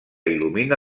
il·lumina